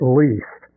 least